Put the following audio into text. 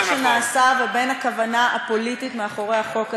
שנעשה ובין הכוונה הפוליטית מאחורי החוק הזה,